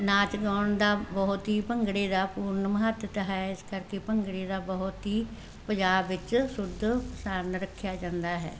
ਨਾਚ ਗਾਉਣ ਦਾ ਬਹੁਤ ਹੀ ਭੰਗੜੇ ਦਾ ਪੂਰਨ ਮਹੱਤਤਾ ਹੈ ਇਸ ਕਰਕੇ ਭੰਗੜੇ ਦਾ ਬਹੁਤ ਹੀ ਪੰਜਾਬ ਵਿੱਚ ਸ਼ੁੱਧ ਪ੍ਰਸਾਰਣ ਰੱਖਿਆ ਜਾਂਦਾ ਹੈ